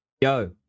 Yo